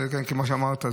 כמו שאמרת,